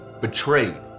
betrayed